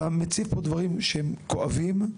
אתה מציף פה דברים שהם כואבים.